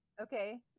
Okay